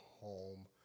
home